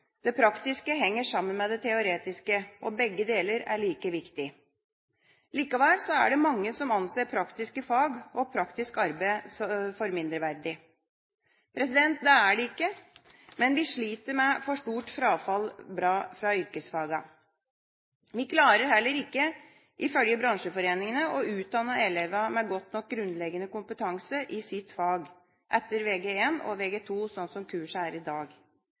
Det praktiske henger sammen med det teoretiske. Begge deler er like viktig. Likevel er det mange som anser praktiske fag og praktisk arbeid for mindreverdig. Det er det ikke, men vi sliter med for stort frafall fra yrkesfagene. Vi klarer heller ikke, ifølge bransjeforeningene, å utdanne elevene med god nok grunnleggende kompetanse i sitt fag etter Vg1 og Vg2 slik kursene er i dag. Frafallsstatistikken viser at i